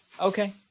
Okay